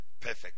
Perfect